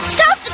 Stop